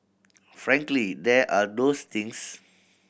frankly there are those things